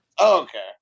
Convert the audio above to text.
okay